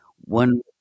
one